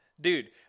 Dude